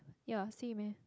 ya same eh